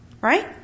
right